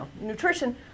nutrition